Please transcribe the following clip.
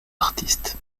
artiste